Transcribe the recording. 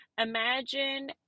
imagine